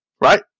right